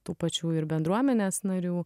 tų pačių ir bendruomenės narių